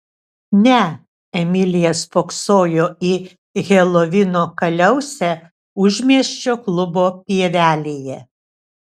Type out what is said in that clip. ne emilija spoksojo į helovino kaliausę užmiesčio klubo pievelėje